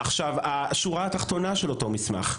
השורה התחתונה של אותו מסמך,